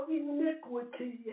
iniquity